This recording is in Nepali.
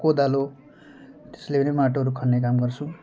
कोदालो त्यसले पनि माटोहरू खन्ने काम गर्छौँ